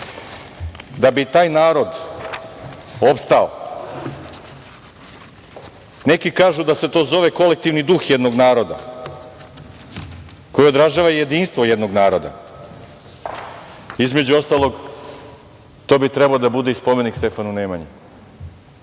da bi taj narod opstao. Neki kažu da se to zove kolektivni duh jednog naroda, koji odražava jedinstvo jednog naroda. Između ostalog, to bi trebalo da bude i spomenik Stefanu Nemanji. Imate